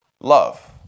love